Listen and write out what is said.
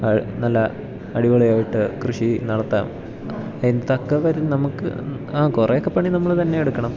നല്ല അടിപൊളിയായിട്ട് കൃഷി നടത്താം അതിനു തക്ക വരും നമുക്ക് ആ കുറേയൊക്കെ പണി നമ്മൾ തന്നെ എടുക്കണം